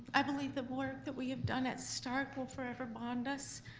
i believe the work that we have done at starke will forever bond us.